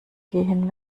gehen